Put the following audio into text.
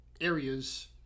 areas